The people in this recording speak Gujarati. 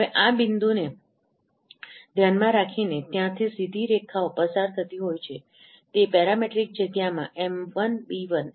હવે આ બિંદુને ધ્યાનમાં રાખીને ત્યાંથી સીધી રેખાઓ પસાર થતી હોય છે તે પેરામેટ્રિક જગ્યામાં m 1 b 1m1 b1 m 2 b 2m2 b2 દ્વારા વર્ણવેલ છે